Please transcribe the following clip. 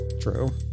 True